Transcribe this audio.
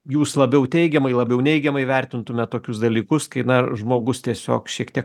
jūs labiau teigiamai labiau neigiamai vertintumėt tokius dalykus kai na žmogus tiesiog šiek tiek